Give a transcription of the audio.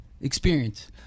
Experience